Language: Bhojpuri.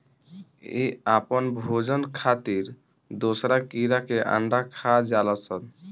इ आपन भोजन खातिर दोसरा कीड़ा के अंडा खा जालऽ सन